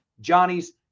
Johnny's